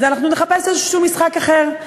אז אנחנו נחפש איזה משחק אחר.